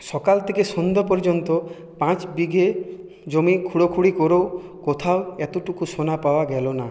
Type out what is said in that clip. সকাল থেকে সন্ধ্যা পর্যন্ত পাঁচ বিঘে জমি খুঁড়ো খুড়ি করেও কোথাও এতোটুকু সোনা পাওয়া গেলো না